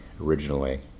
originally